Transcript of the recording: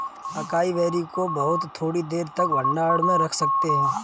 acai berry को बहुत थोड़ी देर तक भंडारण में रख सकते हैं